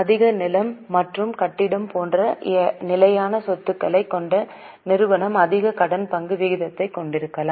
அதிக நிலம் மற்றும் கட்டிடம் போன்ற நிலையான சொத்துக்களைக் கொண்ட நிறுவனம் அதிக கடன் பங்கு விகிதத்தைக் கொண்டிருக்கலாம்